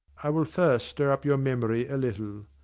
i will first stir up your memory a little.